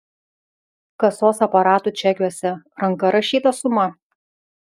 kasos aparatų čekiuose ranka rašyta suma